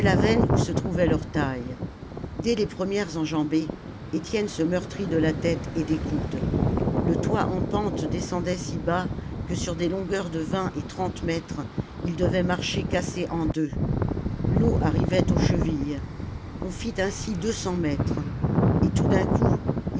où se trouvait leur taille dès les premières enjambées étienne se meurtrit de la tête et des coudes le toit en pente descendait si bas que sur des longueurs de vingt et trente mètres il devait marcher cassé en deux l'eau arrivait aux chevilles on fit ainsi deux cents mètres et tout d'un coup